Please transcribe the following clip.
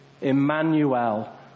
Emmanuel